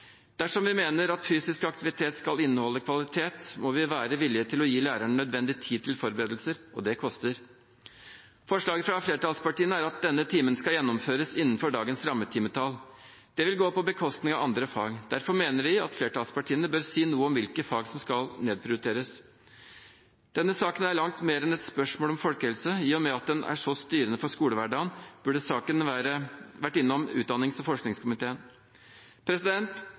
Dersom vi mener at fysisk aktivitet skal inneholde kvalitet, må vi være villig til å gi lærerne nødvendig tid til forberedelser, og det koster. Forslaget fra flertallspartiene er at denne timen skal gjennomføres innenfor dagens rammetimetall. Det vil gå på bekostning av andre fag. Derfor mener vi at flertallspartiene bør si noe om hvilke fag som skal nedprioriteres. Denne saken er langt mer enn et spørsmål om folkehelse. I og med at den er så styrende for skolehverdagen, burde saken vært innom utdannings- og forskningskomiteen.